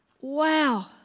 Wow